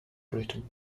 britain